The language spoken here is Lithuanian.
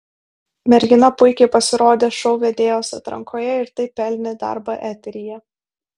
mergina puikiai pasirodė šou vedėjos atrankoje ir taip pelnė darbą eteryje